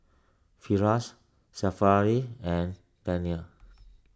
Firash Syafiqah and Daniel